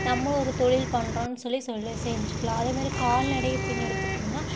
நம்மளும் ஒரு தொழில் பண்றோன்னு சொல்லி சொல்லி செஞ்சுக்கலாம் அதை மாதிரி கால்நடை அப்படின்னு எடுத்துட்டோம்ன்னால்